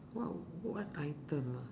what what item ah